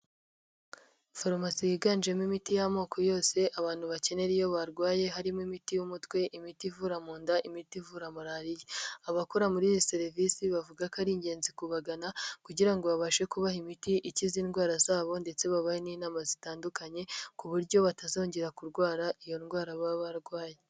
Farumasi yiganjemo imiti y'amoko yose abantu bakenera iyo barwaye harimo imiti y'umutwe, imiti ivura mu nda, imiti ivura malariya. Abakora muri izi serivisi bavuga ko ari ingenzi kubagana kugira ngo babashe kubaha imiti ikize indwara zabo, ndetse babahe n'inama zitandukanye ku buryo batazongera kurwara iyo ndwara baba barwaye.